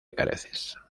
careces